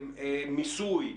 אולי מיסוי?